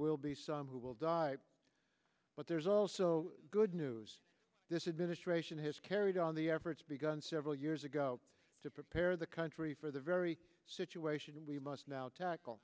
will be some who will die but there's also good news this is ministration has carried on the efforts begun several years ago to prepare the country for the very situation we must now tackle